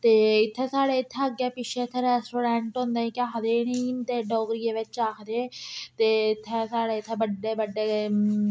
ते इत्थें साढ़े इत्थें अग्गें पिच्छे इत्थें रैस्टोरैंट होंदे केह् आखदे इनेंई ते डोगरियै बिच्च आखदे ते इत्थें साढ़े इत्थें बड्डे बड्डे